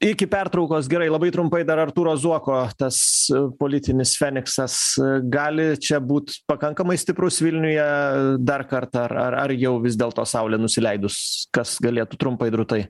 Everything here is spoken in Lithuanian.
iki pertraukos gerai labai trumpai dar artūro zuoko tas politinis feniksas gali čia būt pakankamai stiprus vilniuje dar kartą ar ar ar jau vis dėlto saulė nusileidus kas galėtų trumpai drūtai